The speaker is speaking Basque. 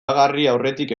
aurretik